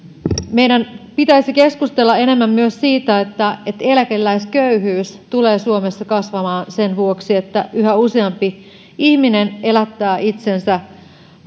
meidän pitäisi keskustella enemmän myös siitä että eläkeläisköyhyys tulee suomessa kasvamaan sen vuoksi että yhä useampi ihminen elättää itsensä